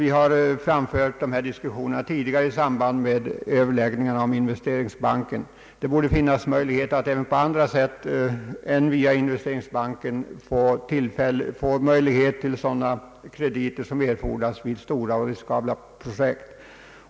Vi har framfört dessa åsikter tidigare i samband med överläggningar om investeringsbanken,. Det bör finnas möjlighet att även på annat sätt än via investeringsbanken få sådana krediter som erfordras vid stora och riskabla projekt.